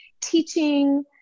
teaching